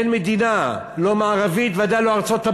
אין מדינה, לא מערבית, ודאי לא ארצות-הברית,